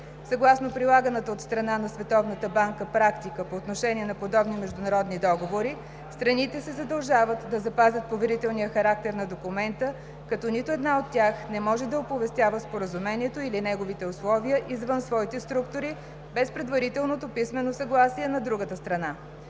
Съгласно прилаганата от страна на Световната банка практика по отношение на подобни международни договори, страните се задължават да запазят поверителния характер на документа, като нито една от тях не може да оповестява Споразумението или неговите условия извън своите структури без предварителното писмено съгласие на другата страна.